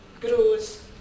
grows